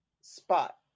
spot